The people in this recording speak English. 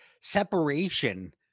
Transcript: separation